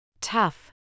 Tough